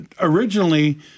originally